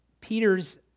Peter's